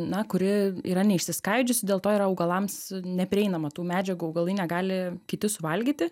na kuri yra neišsiskaidžiusi dėl to yra augalams neprieinama tų medžiagų augalai negali kiti suvalgyti